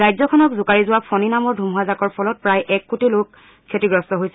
ৰাজ্যখনক জোকাৰি যোৱা ফণি নামৰ ধুমুহাজাকৰ ফলত প্ৰায় এক কোটি লোক ক্ষতিগ্ৰস্ত হৈছিল